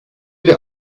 der